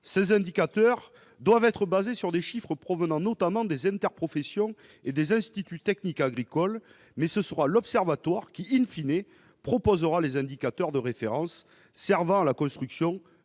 et tous. Ils doivent s'appuyer sur des chiffres provenant, notamment, des interprofessions et des instituts techniques agricoles, mais il reviendra à l'Observatoire de proposer les indicateurs de référence servant à la construction